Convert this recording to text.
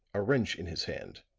a wrench in his hand,